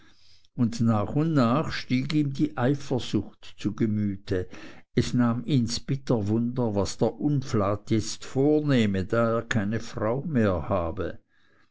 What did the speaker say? hätte nach und nach stieg ihm die eifersucht zu gemüte es nahm ihns bitter wunder was der unflat jetzt vornehme da er keine frau mehr habe